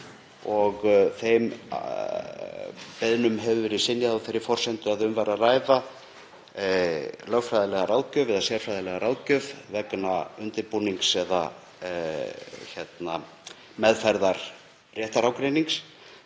Þeim beiðnum hefur verið synjað á þeirri forsendu að um væri að ræða lögfræðilega eða sérfræðilega ráðgjöf vegna undirbúnings eða meðferðar réttarágreinings.